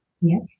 Yes